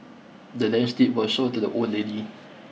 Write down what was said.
the land's deed was sold to the old lady